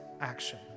action